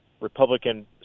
Republican